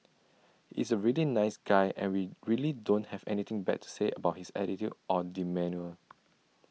is A really nice guy and we really don't have anything bad to say about his attitude or demeanour